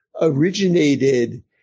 originated